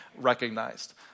recognized